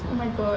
oh my god